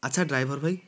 ଆଛା ଡ୍ରାଇଭର୍ ଭାଇ